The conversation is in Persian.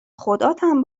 خداتم